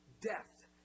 death